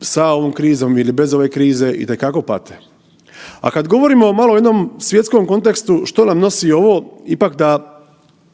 sa ovom krizom ili bez ove krize itekako pate. A kad govorimo malo o jednom svjetskom kontekstu, što nam nosi ovo, ipak da